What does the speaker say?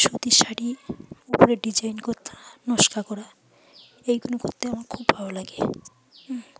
সুতির শাড়ি উপরে ডিজাইন করতে নক্সা করা এইগুলো করতে আমার খুব ভালো লাগে